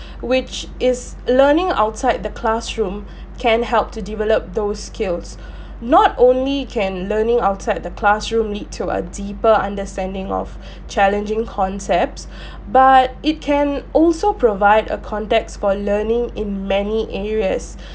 which is learning outside the classroom can help to develop those skills not only can learning outside the classroom lead to a deeper understanding of challenging concepts but it can also provide a context for learning in many areas